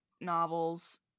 novels